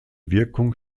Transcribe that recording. wirkung